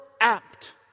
apt